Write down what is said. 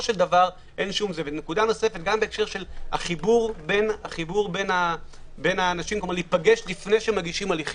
גם בהקשר של החיבור בין האנשים להיפגש לפני שמגישים הליכים.